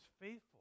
faithful